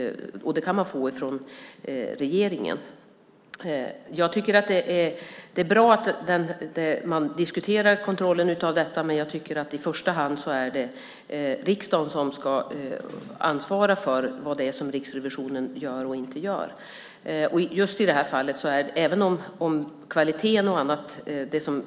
Det kan man få från regeringen. Det är bra att man diskuterar kontrollen, men jag tycker att det i första hand är riksdagen som ska ansvara för vad det är Riksrevisionen gör och inte gör.